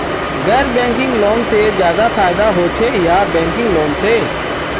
गैर banking loan से ज्यादा फायदा होचे या बैंकिंग लोन से?